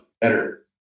better